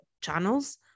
channels